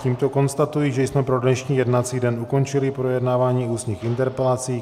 Tímto konstatuji, že jsme pro dnešní jednací den ukončili projednávání ústních interpelací.